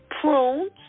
prunes